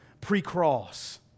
pre-cross